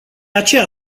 aceea